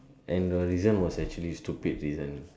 and the reason was actually stupid reason